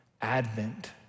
Advent